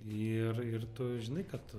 ir ir tu žinai kad tu